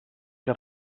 que